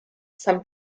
san